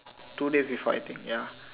two day before I think ya